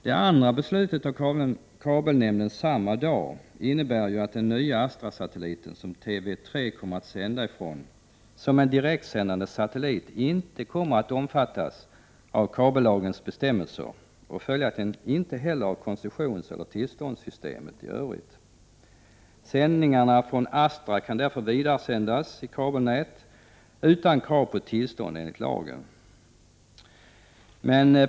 Det andra beslutet i kabelnämnden samma dag innebär att den nya Astra-satelliten som TV 3 kommer att sända ifrån som en direktsändande satellit inte kommer att omfattas av kabellagens bestämmelser och följaktli Prot. 1988/89:89 gen inte heller av koncessionseller tillståndssystemet i övrigt. Sändningarna 4 april 1989 från Astra kan därför vidaresändas på kabelnätet utan krav på tillstånd enligt lagen.